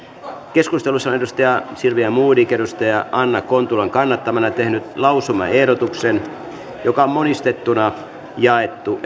keskustelussa on silvia modig anna kontulan kannattamana tehnyt lausumaehdotuksen joka on monistettuna jaettu